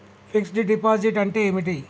Fix డ్ deposit అంటే ఏమిటి?